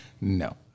No